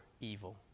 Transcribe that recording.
evil